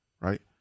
right